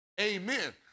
amen